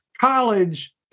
college